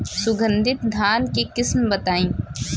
सुगंधित धान के किस्म बताई?